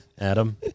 Adam